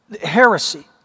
heresy